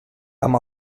amb